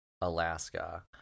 Alaska